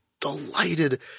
delighted